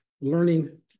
learning